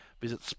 Visit